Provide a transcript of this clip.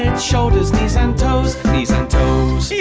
and shoulders, knees and toes. knees and toes. yeah